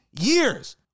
years